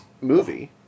movie